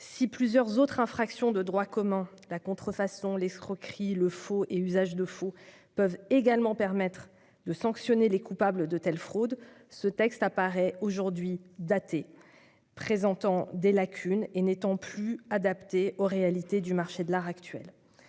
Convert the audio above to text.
Si plusieurs autres infractions de droit commun, comme la contrefaçon, l'escroquerie, le faux et usage de faux, permettent également de sanctionner les coupables de telles fraudes, ce texte apparaît aujourd'hui daté, car il présente des lacunes et n'est plus adapté au marché actuel